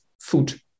food